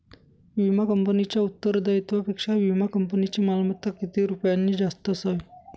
विमा कंपनीच्या उत्तरदायित्वापेक्षा विमा कंपनीची मालमत्ता किती रुपयांनी जास्त असावी?